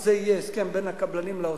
זה יהיה הסכם בין הקבלנים לאוצר.